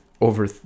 over